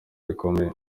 rikomeye